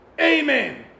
amen